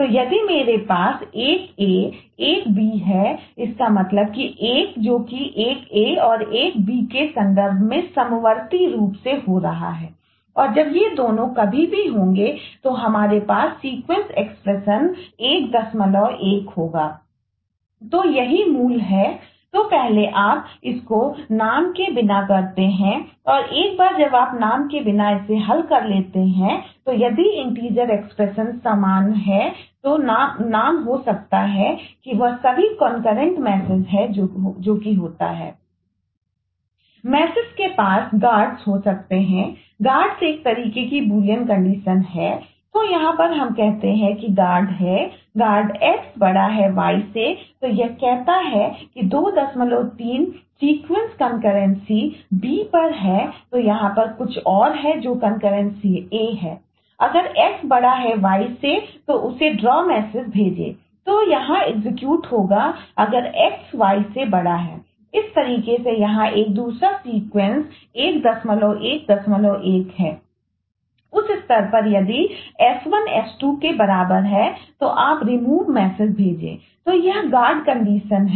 तो यही मूल है तो पहले आप इसको नाम के बिना करते हैं और एक बार जब आप नाम के बिना इसे हल कर लेते हैंतो यदि इंटीजर है जोकि होता है